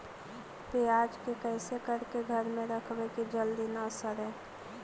प्याज के कैसे करके घर में रखबै कि जल्दी न सड़ै?